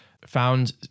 found